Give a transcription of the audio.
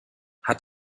hat